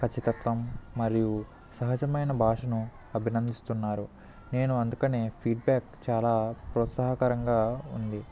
ఖచ్చితత్వం మరియు సహజమైన భాషను అభినందిస్తున్నారు నేను అందుకనే ఫీడ్బ్యాక్ చాలా ప్రోత్సాహాకరంగా ఉంది